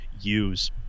use